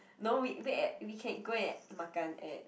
no we wait at we can go and makan at